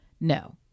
No